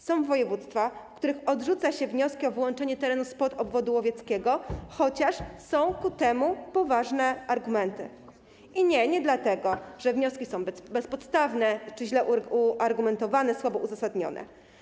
Są województwa, w których odrzuca się wnioski o wyłączenie terenu z obwodu łowieckiego, chociaż są ku temu poważne argumenty, i to nie dlatego, że wnioski są bezpodstawne czy źle uargumentowane, słabo uzasadnione.